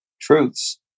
truths